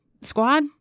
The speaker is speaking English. squad